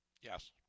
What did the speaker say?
Yes